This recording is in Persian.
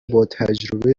باتجربه